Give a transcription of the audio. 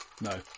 No